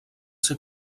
ser